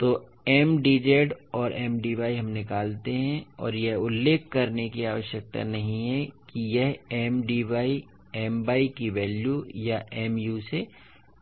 तो Mdz और Mdy हम निकालते हैं और यह उल्लेख करने की आवश्यकता नहीं है कि यह Mdy My की वैल्यू या Mu से